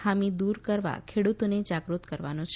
ખામી દુર કરવા ખેડુતોને જાગૃત કરવાનો છે